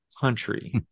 country